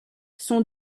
son